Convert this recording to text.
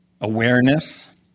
Awareness